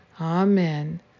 amen